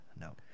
No